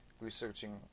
researching